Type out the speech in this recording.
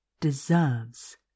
deserves